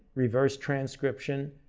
reverse transcription,